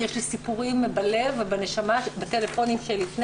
יש לי סיפורים בלב ובנשמה שבטלפונים שלפני